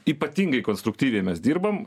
ypatingai konstruktyviai mes dirbam